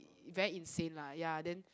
very insane lah ya then